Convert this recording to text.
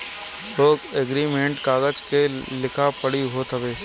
loan agreement कागज के लिखा पढ़ी होत हवे